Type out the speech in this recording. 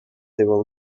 even